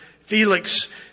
Felix